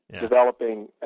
developing